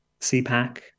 CPAC